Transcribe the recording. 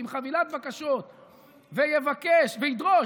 עם חבילת בקשות ויבקש וידרוש,